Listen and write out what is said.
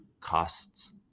costs